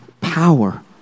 power